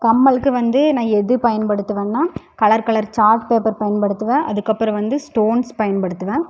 கம்மளுக்கு வந்து நான் எது பயன்படுத்துவன்னா கலர் கலர் சார்ட் பேப்பர் பயன்படுத்துவேன் அதுக்கப்புறோம் வந்து ஸ்டோன்ஸ் பயன்படுத்துவேன்